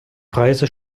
preise